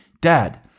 Dad